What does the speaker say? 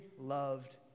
loved